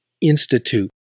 institute